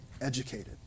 educated